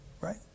Right